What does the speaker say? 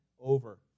over